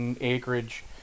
acreage